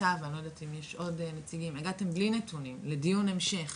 אתה ועוד אחרים אם ישנם הגעתם בלי נתונים לדיון המשך: